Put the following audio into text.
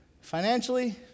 financially